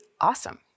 awesome